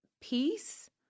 peace